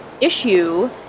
issue